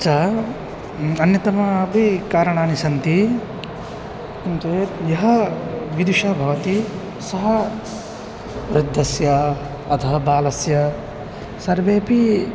च अन्यान्यपि कारणानि सन्ति किम् चेत् यः विदुषः भवति सः वृद्धस्य अतः बालस्य सर्वेपि